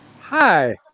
Hi